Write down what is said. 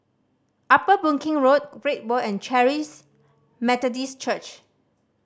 Upper Boon Keng Road Great World and Charis Methodist Church